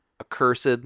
accursed